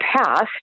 past